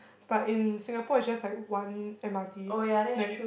but in Singapore it's just like one M_R_T like